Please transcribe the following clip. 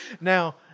Now